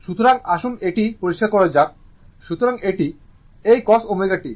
সুতরাং আসুন এটি পরিষ্কার করা যাক সুতরাং এটি এই cos ω t